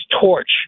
torch